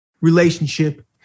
relationship